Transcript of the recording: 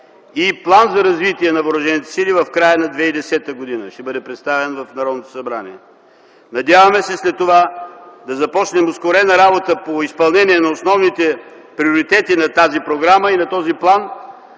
и План за развитие на въоръжените сили в края на 2010 г., който ще бъде представен в Народното събрание. Надяваме се след това да започнем ускорена работа за изпълнение на основните приоритети на тази програма и на този план